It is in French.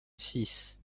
six